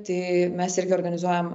tai mes irgi organizuojam